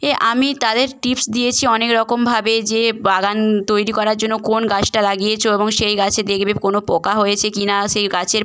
এ আমি তাদের টিপস দিয়েছি অনেক রকমভাবে যে বাগান তৈরি করার জন্য কোন গাছটা লাগিয়েছ এবং সেই গাছে দেখবে কোনো পোকা হয়েছে কি না সেই গাছের